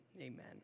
amen